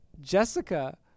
Jessica